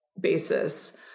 basis